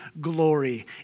glory